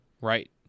Right